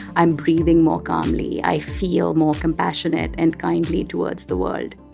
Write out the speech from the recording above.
i'm breathing more calmly. i feel more compassionate and kindly towards the world